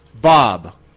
bob